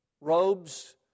robes